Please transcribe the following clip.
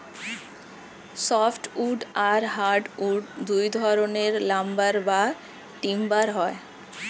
soft wood আর hard wood দুই ধরনের লাম্বার বা টিম্বার হয়